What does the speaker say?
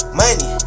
money